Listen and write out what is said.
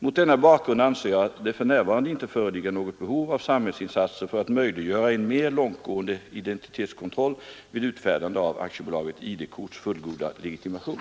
Mot denna bakgrund anser jag det för närvarande inte föreligga något behov av samhällsinsatser för att möjliggöra en mer långtgående identitetskontroll vid utfärdande av AB ID-korts fullgoda legitimation.